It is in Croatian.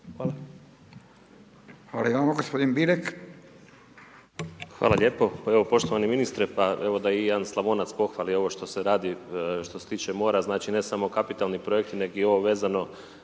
**Bilek, Vladimir (Nezavisni)** Hvala lijepo, evo poštovani ministre, pa evo da i jedan Slavonac pohvali ovo što se radi, što se tiče mora, znači ne samo kapitalni projekti nego i ovo vezano